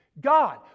God